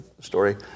story